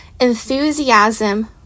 enthusiasm